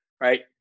right